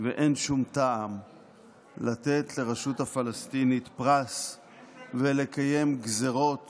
ואין שום טעם לתת לרשות הפלסטינית פרס ולקיים גזרות